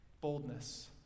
boldness